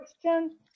question